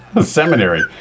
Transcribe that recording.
Seminary